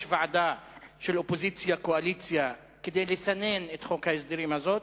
יש ועדה של אופוזיציה-קואליציה כדי לסנן את חוק ההסדרים הזה.